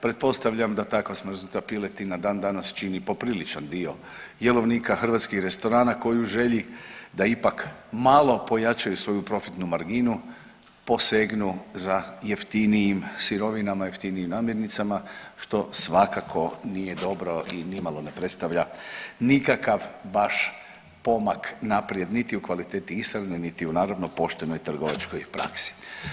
Pretpostavljam da takva smrznuta piletina dan danas čini popriličan dio jelovnika hrvatskih restorana koji u želji da ipak malo pojačaju svoju profitnu marginu posegnu za jeftinijim sirovinama, jeftinijim namirnicama što svakako nije dobro i ni malo ne predstavlja nikakav baš pomak naprijed niti u kvaliteti ishrane niti u naravno poštenoj trgovačkoj praksi.